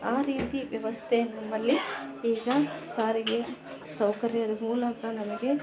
ಆ ರೀತಿ ವ್ಯವಸ್ಥೆ ನಮ್ಮಲ್ಲಿ ಈಗ ಸಾರಿಗೆ ಸೌಕರ್ಯದ ಮೂಲಕ ನಮಗೆ